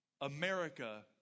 America